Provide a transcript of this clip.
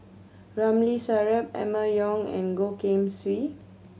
Ramli Sarip Emma Yong and Goh Keng Swee